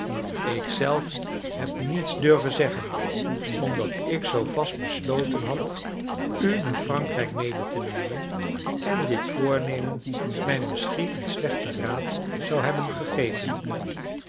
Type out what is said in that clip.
zelf heb niets durven zeggen omdat ik zoo vast besloten had u naar frankrijk mede te nemen en dit voornemen mij misschien een slechten raad zou hebben gegeven